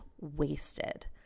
wasted